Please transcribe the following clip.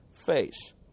face